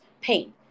pain